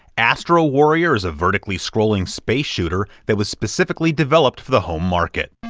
astro warrior is a vertically-scrolling space shooter that was specifically developed for the home market.